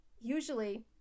Usually